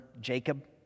Jacob